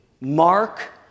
mark